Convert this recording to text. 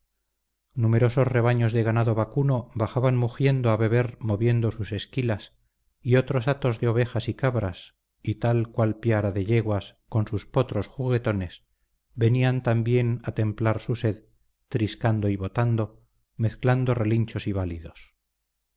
numerosos rebaños de ganado vacuno bajaban mugiendo a beber moviendo sus esquilas y otros hatos de ovejas y cabras y tal cual piara de yeguas con sus potros juguetones venían también a templar su sed triscando y botando mezclando relinchos y balidos